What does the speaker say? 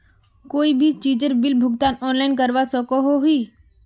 कोई भी चीजेर बिल भुगतान ऑनलाइन करवा सकोहो ही?